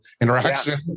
interaction